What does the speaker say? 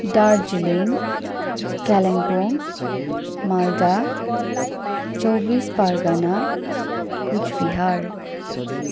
Darjeeling Kalimpong Malda Chaubis Pargana Cooch Behar